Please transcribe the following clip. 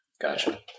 Gotcha